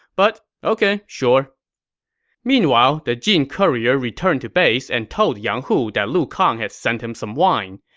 but ok sure meanwhile, the jin courier returned to base and told yang hu that lu kang had sent him some wine.